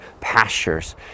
pastures